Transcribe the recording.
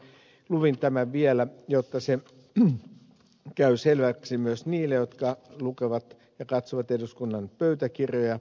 luin tämän vielä jotta se käy selväksi myös niille jotka lukevat ja katsovat eduskunnan pöytäkirjoja